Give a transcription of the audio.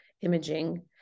imaging